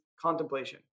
contemplation